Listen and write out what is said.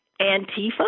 Antifa